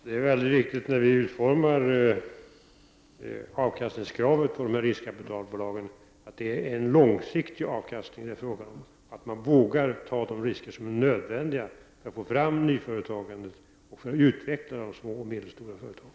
Herr talman! När man utformar avkastningskraven för riskkapitalbolagen, är det väldigt viktigt att poängtera att det är långsiktig avkastning det är fråga om, så att de vågar ta de risker som är nödvändiga för att få fram nyföretagande och för att utveckla de små och medelstora företagen.